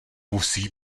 musí